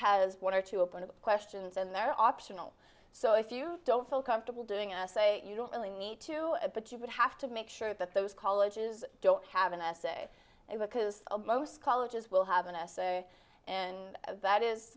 has one or two open of questions and they're optional so if you don't feel comfortable doing us a you don't really need to but you would have to make sure that those colleges don't have an essay and because most colleges will have an essay and that is